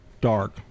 dark